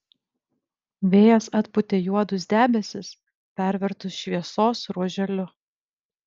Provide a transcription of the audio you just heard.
vėjas atpūtė juodus debesis pervertus šviesos ruoželiu